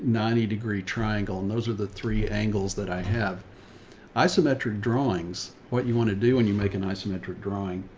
ninety degree triangle. and those are the three angles that i have isometric drawings. what you want to do when and you make an isometric drawing